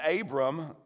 Abram